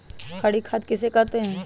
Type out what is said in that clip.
हरी खाद किसे कहते हैं?